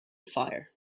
fire